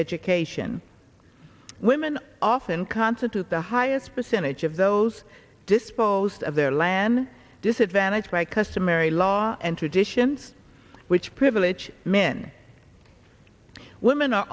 education women often constitute the highest percentage of those disposed of their lan disadvantaged by customary law and traditions which privilege men and women are